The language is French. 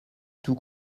tout